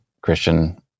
Christian